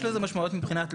יש לזה משמעויות מבחינת לו"ז.